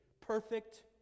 perfect